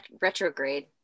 retrograde